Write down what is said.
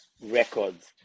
records